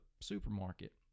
supermarket